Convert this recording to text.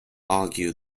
argue